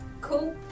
Cool